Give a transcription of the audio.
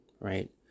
right